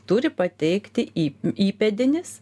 turi pateikti į įpėdinis